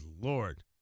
Lord